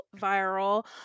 viral